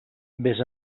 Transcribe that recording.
vés